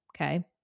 Okay